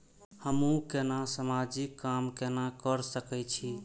हमू केना समाजिक काम केना कर सके छी?